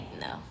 no